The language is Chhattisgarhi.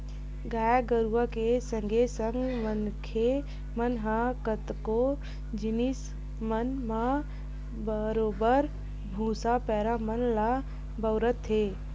गाय गरुवा के संगे संग मनखे मन ह कतको जिनिस मन म बरोबर भुसा, पैरा मन ल बउरथे